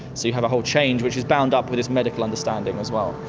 so you have a whole change which is bound up with this medical understanding as well.